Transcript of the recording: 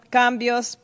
cambios